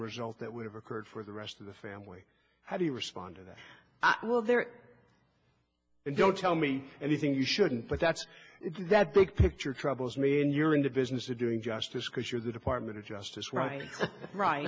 result that would have occurred for the rest of the family how do you respond to that i will there and don't tell me anything you shouldn't but that's that big picture troubles me and you're in the business of doing justice because you're the department of justice right right